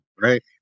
Right